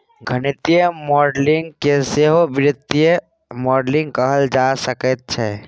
गणितीय मॉडलिंग केँ सहो वित्तीय मॉडलिंग कहल जा सकैत छै